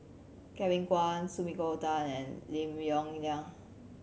Kevin Kwan Sumiko Tan and Lim Yong Liang